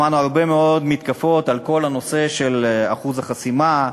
שמענו הרבה מאוד מתקפות על כל הנושא של אחוז החסימה,